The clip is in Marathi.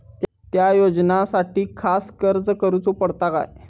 त्या योजनासाठी खास अर्ज करूचो पडता काय?